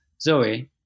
Zoe